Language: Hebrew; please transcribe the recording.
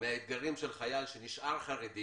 מהאתגרים של חייל שנשאר חרדי,